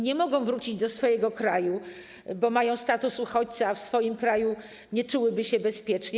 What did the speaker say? Nie mogą wrócić do swojego kraju, bo mają status uchodźcy, a w swoim kraju nie czułyby się bezpiecznie.